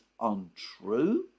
untrue